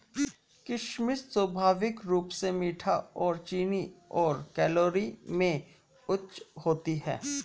किशमिश स्वाभाविक रूप से मीठी और चीनी और कैलोरी में उच्च होती है